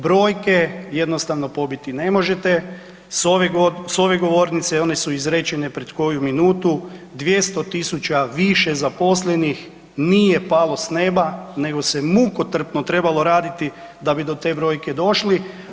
Brojke jednostavno pobiti ne možete, s ove govornice one su izrečene pred koju minutu, 200.000 zaposlenih nije palo s nema nego se mukotrpno trebalo raditi da bi do te brojke došli.